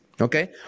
Okay